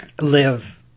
live